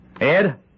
Ed